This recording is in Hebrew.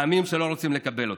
והעמים שלא רוצים לקבל אותנו.